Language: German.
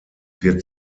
wird